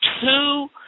two